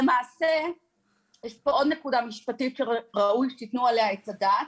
למעשה יש פה עוד נקודה משפטית שראוי שתתנו עליה את הדעת.